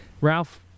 Ralph